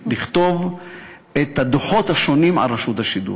לכתוב את הדוחות השונים על רשות השידור.